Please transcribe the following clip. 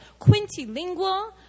quintilingual